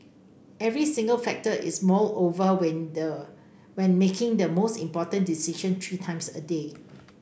every single factor is mulled over when the when making the most important decision three times a day